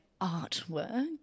artwork